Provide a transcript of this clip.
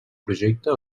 projecte